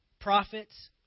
prophets